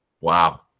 wow